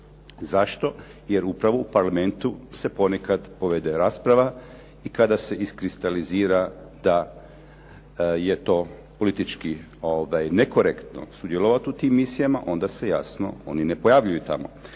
Zašto? Jer upravo u Parlamentu se ponekad povede rasprava i kada se iskristalizira da je to politički nekorektno sudjelovati u tim misijama, onda se jasno oni ne pojavljuju tamo.